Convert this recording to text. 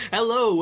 Hello